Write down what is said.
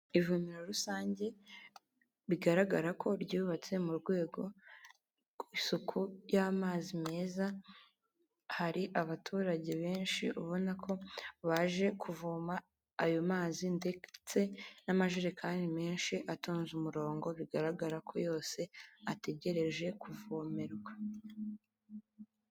Ivomero rusange bigaragara ko ryubatse mu rwego rw'isuku y'amazi meza, hari abaturage benshi ubona ko baje kuvoma ayo mazi ndetse n'amajerekani menshi atonze umurongo bigaragara ko yose ategereje kuvomerwa.